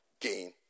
gain